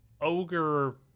ogre